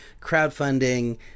crowdfunding